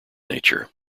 nature